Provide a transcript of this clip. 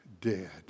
dead